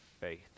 faith